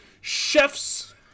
chef's